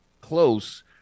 close